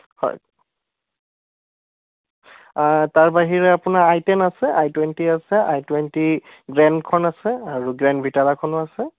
হয় তাৰ বাহিৰে আপোনাৰ আই টেন আছে আই টুৱেণ্টী আছে আই টুৱেণ্টী জেনখন আছে আৰু গ্ৰেণ্ড ভিটাৰাখনো আছে